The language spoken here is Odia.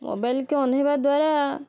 ମୋବାଇଲ କି ଅନାଇବା ଦ୍ୱାରା